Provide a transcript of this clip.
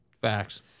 facts